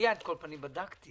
בדקתי